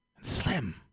Slim